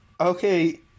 okay